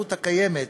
הפרשנות הקיימת,